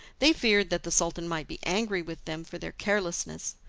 they feared that the sultan might be angry with them for their carelessness.